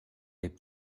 les